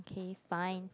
okay fine